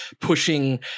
pushing